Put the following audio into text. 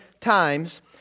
times